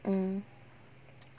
mm